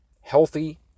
healthy